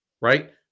right